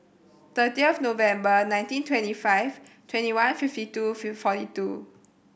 thirty of November nineteen twenty five twenty one fifty two forty two